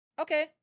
okay